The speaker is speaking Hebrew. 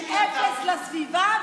מה עשיתם בשביל להט"בים?